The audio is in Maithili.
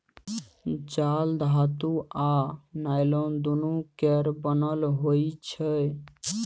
जाल धातु आ नॉयलान दुनु केर बनल होइ छै